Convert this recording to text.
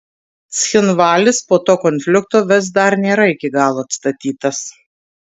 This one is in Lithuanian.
cchinvalis po to konflikto vis dar nėra iki galo atstatytas